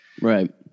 Right